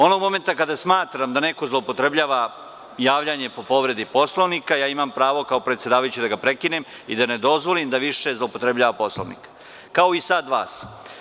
Onog momenta kada smatram da neko zloupotrebljava javljanje po povredi Poslovnika, imam pravo kao predsedavajući da ga prekinem i da ne dozvolim da više zloupotrebljava Poslovnik, kao i sada vas.